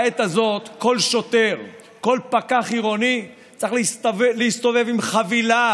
בעת הזאת כל שוטר וכל פקח עירוני צריך להסתובב עם חבילה